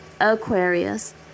Aquarius